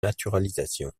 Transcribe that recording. naturalisation